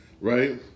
right